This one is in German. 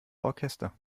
orchester